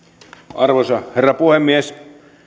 arvoisa herra puhemies